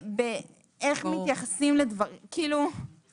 זה כדי להשאיר גמישות וזה כולל יום לימודים ארוך.